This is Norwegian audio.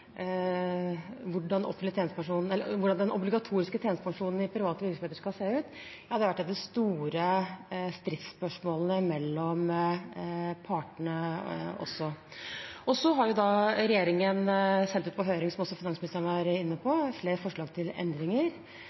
hvordan den obligatoriske tjenestepensjonen i private virksomheter skal se ut, også har vært et av de store stridsspørsmålene mellom partene. Som finansministeren var inne på, har regjeringen sendt ut på høring flere forslag til endringer.